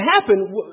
happen